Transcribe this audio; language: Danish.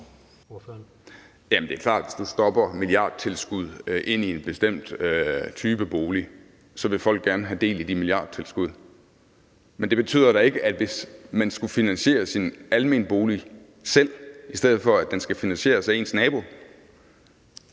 det er klart, at propper man et milliardtilskud ind i en bestemt type bolig, så vil folk gerne have del i det milliardtilskud. Men det betyder da ikke, at man, hvis man selv skulle finansiere sin almene bolig, i stedet for at den skal finansieres af ens nabo